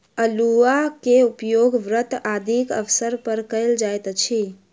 अउलुआ के उपयोग व्रत आदिक अवसर पर कयल जाइत अछि